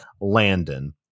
Landon